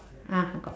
ah got